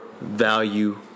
value